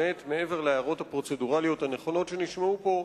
מעבר להערות הפרוצדורליות הנכונות שנשמעו פה,